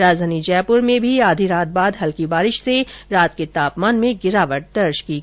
राजधानी जयपुर में भी आधी रात बाद हल्की बारिश से रात के तापमान में गिरावट दर्ज की गई है